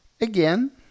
again